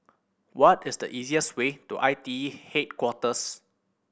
what is the easiest way to I T E Headquarters